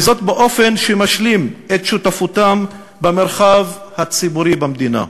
וזאת באופן שמשלים את שותפותם במרחב הציבורי במדינה,